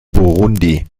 burundi